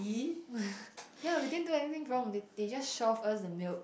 ya we didn't do anything wrong they they just shoved us the milk